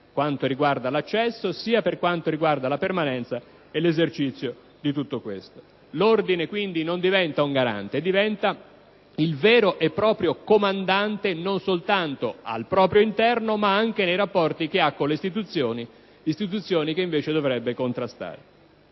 quanto riguarda l'accesso sia per quanto riguarda la permanenza e l'esercizio dell'attività. L'Ordine, quindi, non diventa un garante, ma il vero e proprio comandante, non soltanto al proprio interno, ma anche nei rapporti che intrattiene con le istituzioni, istituzioni che invece dovrebbe contrastare.